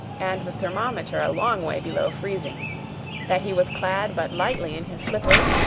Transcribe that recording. and the thermometer a long way below freezing that he was clad but lightly in his slippers,